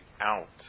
out